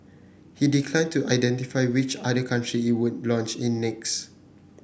he declined to identify which other country it would launch in next